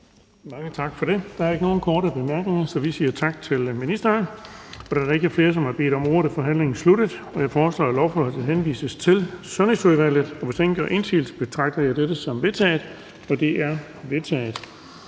Bonnesen): Der er ikke nogen korte bemærkninger, så vi siger tak til ministeren. Da der ikke er flere, som har bedt om ordet, er forhandlingen sluttet. Jeg foreslår, at lovforslaget henvises til Sundhedsudvalget. Hvis ingen gør indsigelse, betragter jeg dette som vedtaget. Det er vedtaget.